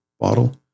bottle